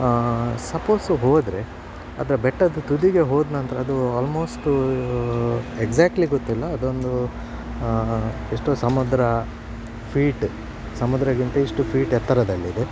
suppose ಹೋದರೆ ಅದರ ಬೆಟ್ಟದ ತುದಿಗೆ ಹೋದ ನಂತರ ಅದು ಆಲ್ಮೋಸ್ಟ್ ಎಕ್ಸ್ಯಾಕ್ಟ್ಲಿ ಗೊತ್ತಿಲ್ಲ ಅದೊಂದು ಎಷ್ಟೋ ಸಮದ್ರ ಫೀಟ್ ಸಮುದ್ರಗಿಂತ ಇಷ್ಟು ಫೀಟ್ ಎತ್ತರದಲ್ಲಿದೆ